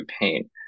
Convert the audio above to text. pain